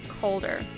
Colder